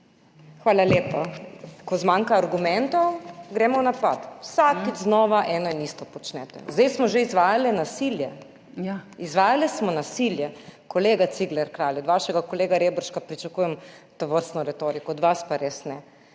Hvala lepa. Ko zmanjka argumentov, gremo v napad. Vsakič znova eno in isto počnete. Zdaj smo že izvajali nasilje? Izvajale smo nasilje? Kolega Cigler Kralj, od vašega kolega Reberška pričakujem tovrstno retoriko, od vas pa res ne.